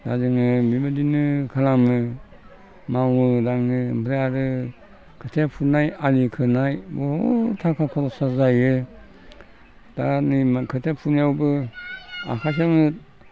आरो जोङो बिबायदिनो खालामो मावो दाङो ओमफ्राय आरो खोथिया फुनाय आलि खोनाय बुहुद थाखा खरसा जायो दा नै खोथिया फुनायावबो आखासेयावनो